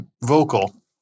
vocal